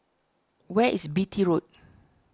where is Beatty Road